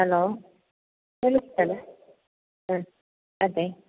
hello അതെ അതെ